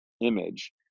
image